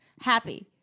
Happy